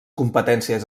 competències